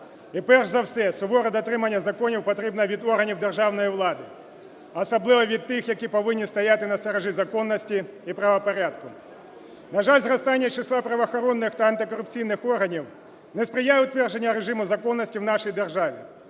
І перш за все суворе дотримання законів потрібно від органів державної влади, особливо від тих, які повинні стояти на стражі законності і правопорядку. На жаль, зростання числа правоохоронних та антикорупційних органів не сприяють ствердження режиму законності в нашій державі.